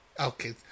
Okay